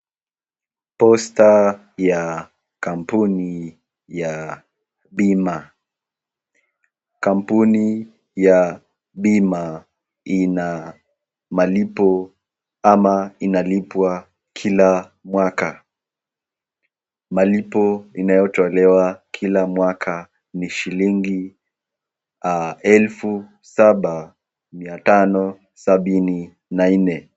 Posta ya kampuni ya bima. Kampuni ya bima inamalipo ama ina lipwa kila mwaka, malipo inayotolewa kila mwaka ni shilingi elfu saba mia tano sabini na nne.